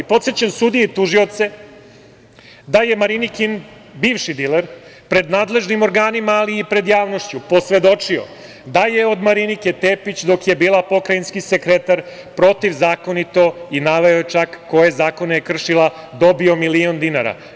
Podsećam sudije i tužioce da je Marinikin bivši diler pred nadležnim organima, ali i pred javnošću, posvedočio da je od Marinike Tepić dok je bila pokrajinski sekretar protivzakonito, i naveo je čak koje zakone je kršila, dobio milion dinara.